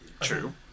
True